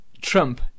Trump